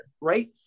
Right